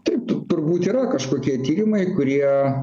taip tu turbūt yra kažkokie tyrimai kurie